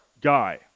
guy